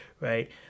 right